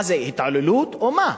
מה זה, התעללות או מה?